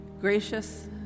Gracious